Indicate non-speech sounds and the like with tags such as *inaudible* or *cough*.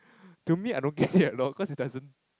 *breath* to me I don't get it at all cause it doesn't